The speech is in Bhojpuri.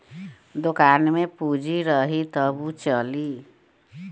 दुकान में पूंजी रही तबे उ चली